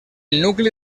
nucli